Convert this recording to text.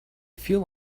feel